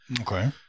Okay